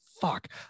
fuck